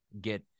get